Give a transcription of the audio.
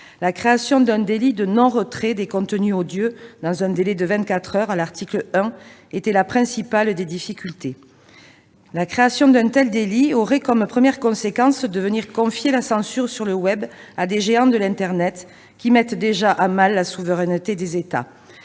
La création d'un délit de non-retrait des contenus odieux dans un délai de vingt-quatre heures, à l'article 1, constituait la principale de ces difficultés. L'instauration d'un tel délit aurait comme première conséquence de confier la censure sur le web à des géants de l'internet mettant déjà à mal la souveraineté des États.